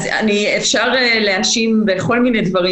אז אפשר להאשים בכל מיני דברים.